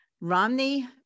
Romney